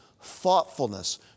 thoughtfulness